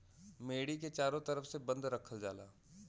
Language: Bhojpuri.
मेड़ी के चारों तरफ से बंद रखल जाला